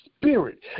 spirit